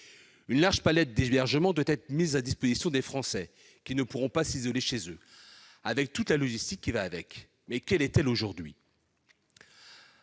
Une large palette d'hébergements doit être mise à la disposition des Français qui ne pourront pas s'isoler chez eux, avec toute la logistique qui va avec. Qu'en est-il aujourd'hui ?